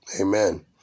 Amen